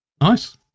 Nice